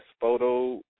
photo